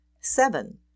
Seven